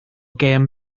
gêm